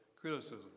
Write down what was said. criticism